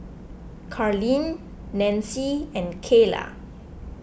Carlene Nancie and Kaila